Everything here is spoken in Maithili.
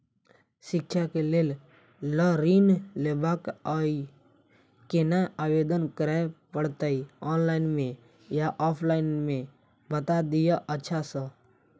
शिक्षा केँ लेल लऽ ऋण लेबाक अई केना आवेदन करै पड़तै ऑनलाइन मे या ऑफलाइन मे बता दिय अच्छा सऽ?